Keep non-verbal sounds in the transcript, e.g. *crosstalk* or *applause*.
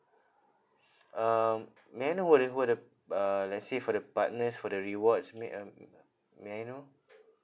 um may I know what are the what are the uh let's say for the partners for the rewards ma~ uh *noise* may I know